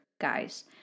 Guys